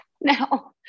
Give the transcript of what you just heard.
now